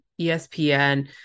ESPN